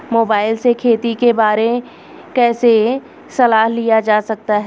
Mobile से खेती के बारे कैसे सलाह लिया जा सकता है?